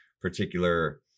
particular